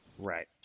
Right